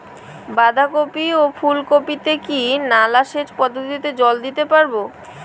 বাধা কপি ও ফুল কপি তে কি নালা সেচ পদ্ধতিতে জল দিতে পারবো?